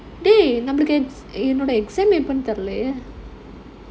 dey நமக்கு:namakku exam எப்போன்னு தெரிலயே:epponu therilayae